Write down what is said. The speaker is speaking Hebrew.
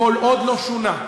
כל עוד לא שונה,